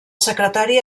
secretari